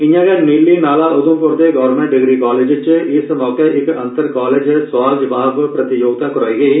इआं गै नीली नाला उधमपुर दे गौरमैंट डिग्री कालेज च इस मौके इक अंतर कालेज सुआल जोआब प्रतियोगिता करोआई गेई